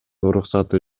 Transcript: уруксаты